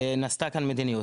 נעשתה כאן מדיניות.